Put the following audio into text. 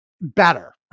better